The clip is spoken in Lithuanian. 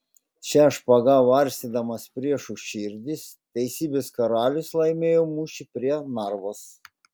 šia špaga varstydamas priešų širdis teisybės karalius laimėjo mūšį prie narvos